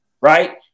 Right